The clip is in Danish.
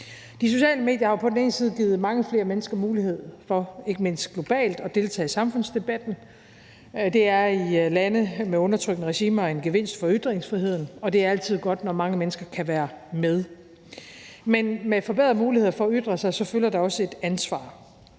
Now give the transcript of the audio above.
De sociale medier har jo på den ene side givet mange flere mennesker mulighed for ikke mindst globalt at deltage i samfundsdebatten. Det er i lande med undertrykkende regimer en gevinst for ytringsfriheden, og det er altid godt, når mange mennesker kan være med. Men med forbedrede muligheder for at ytre sig følger der på den anden